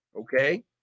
Okay